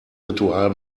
ritual